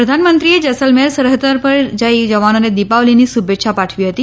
પ્રધાનમંત્રીએ જેસલમેર સરહદ પર જઈ જવાનોને દિપાવલીની શુભેચ્છા પાઠવી હતી